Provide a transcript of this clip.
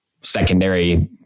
secondary